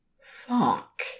Fuck